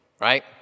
right